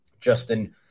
Justin